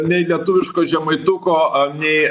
nei lietuviško žemaituko a nei